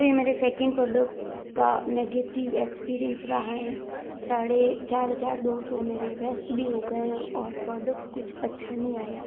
तो ये मेरे सेकंड प्रोडक्ट का नेगेटिव एक्सपीरियंस रहा है साढ़े चार हज़ार दो सौ मेरे वेस्ट भी हो गए और प्रोडक्ट कुछ अच्छा नहीं आया